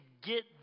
get